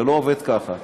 זה לא עובד ככה.